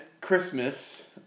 Christmas